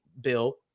Bill